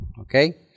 okay